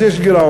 אז יש גירעון.